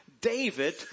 David